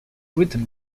written